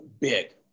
big